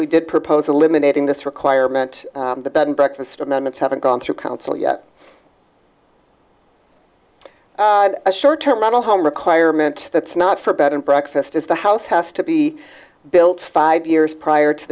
we did propose eliminating this requirement the bed and breakfast amendments haven't gone through council yet a short term rental home requirement that's not for bed and breakfast is the house has to be built five years prior to